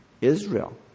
Israel